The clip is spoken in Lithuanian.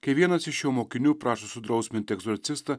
kai vienas iš jo mokinių prašo sudrausminti egzorcistą